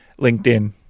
LinkedIn